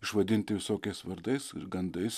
išvadinti visokiais vardais gandais